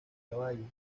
caballos